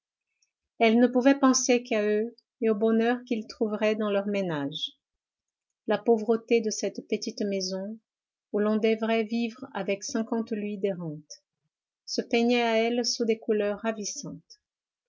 elle ne pouvait penser qu'à eux et au bonheur qu'ils trouveraient dans leur ménage la pauvreté de cette petite maison où l'on devrait vivre avec cinquante louis de rentes se peignait à elle sous des couleurs ravissantes